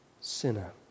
sinner